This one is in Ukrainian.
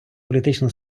політичну